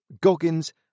Goggins